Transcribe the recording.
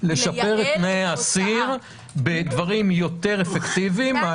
-- לשפר את תנאי העציר בדברים יותר אפקטיביים.